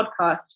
Podcast